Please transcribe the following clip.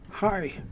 Hi